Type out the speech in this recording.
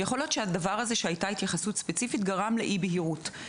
יכול להיות שההתייחסות הספציפית גרמה לאי-בהירות.